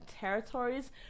territories